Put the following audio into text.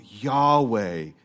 Yahweh